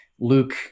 luke